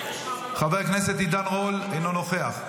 חבר הכנסת רון כץ, אינו נוכח,